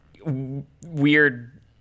weird